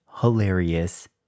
hilarious